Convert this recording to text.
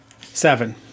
Seven